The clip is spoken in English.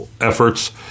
efforts